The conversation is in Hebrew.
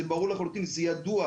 זה ברור לחלוטין, זה ידוע.